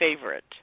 favorite